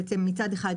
מצד אחד,